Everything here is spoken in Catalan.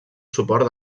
suport